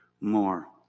more